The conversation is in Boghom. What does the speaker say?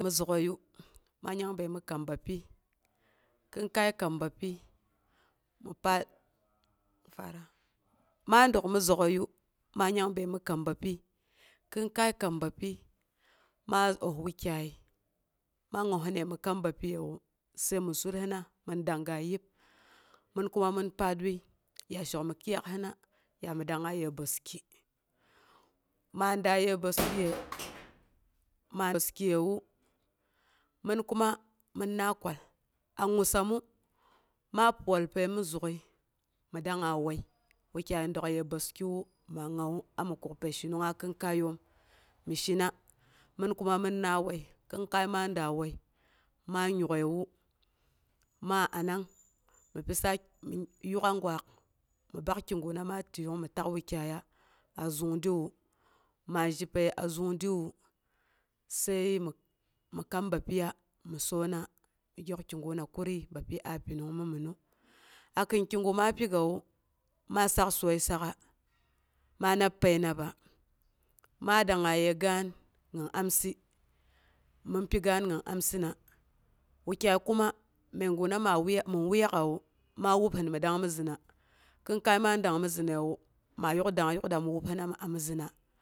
Mi zuk'əiyu ma nyangbəi mi kaam bapyi, kinkai kam bapyi, ma dək mi zuk'əiyu ma nyangbəi mi kam bapyi kinkai kam bapyi, ma osa wukyai, ma ossɨnəi mi kam bapyiyewu, sai mi su hina min danga yib mɨn kume min paar wui, ya shoh mi kɨiyakshuna ya mi dangnga yə bəski, maa daa ye bəskiyewu, mɨn kuma mɨnna kwal. A musammu maa pi wal pəi mi zuk'əi, mi dangnga wai, wukyai dək ye bəskiwu maa ngawu, ami kuk pəishinugnga kiɨnkaiyom mi shina, mɨn kuma minna wai, kinkai ma daa wai maa yuk'aiwu, ma anang mi pi sake, yuk'a gwaak mi ɓak kai kiguna ma tiəiyung mi tak wukyaiya a zungdiwu, ma zhi- pəiye a zungdiwu, sai mi kam bapyiya, mi soona. gyok kiguna kurii bapyi a pinung mi mɨnnu, akim kigu maa pigawu, ma saksoii sak'a ma nabpəi naba, ma dangnga ye gaan gin amsɨ, min pigaan gin amsɨna, wukyai kuma mɓiguna mɨn wuyak'awu, ma wabhin mi dangmizɨna, kɨnkai ma dangmi zinəiwu, maa yuk dang yuk dami wobsɨna mi amizina.